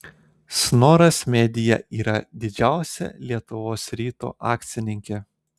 snoras media yra didžiausia lietuvos ryto akcininkė